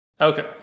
Okay